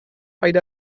paid